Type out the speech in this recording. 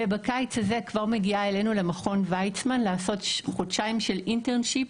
ובקיץ הזה כבר מגיעה אלינו למכון ויצמן לעשות חודשיים של אינטרשיפ